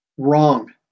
Wrong